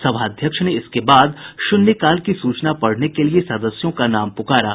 सभाध्यक्ष ने इसके बाद शुन्यकाल की सूचना पढ़ने के लिये सदस्यों का नाम पुकारा